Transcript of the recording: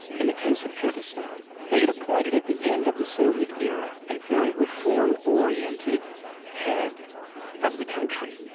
in the case of kyrgyzstan they'd appointed at the end of the soviet era, a very reform-oriented head of the country,